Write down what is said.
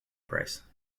price